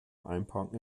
einparken